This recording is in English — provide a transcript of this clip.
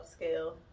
upscale